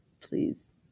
please